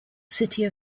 city